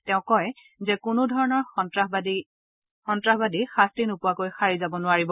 তেওঁ কয় যে কোনো ধৰণৰ সন্তাসেই শাস্তি নোপোৱাকৈ সাৰি যাব নোৱাৰিব